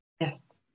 Yes